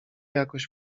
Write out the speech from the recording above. jakoś